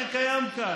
זה כל מה שקיים כאן.